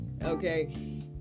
okay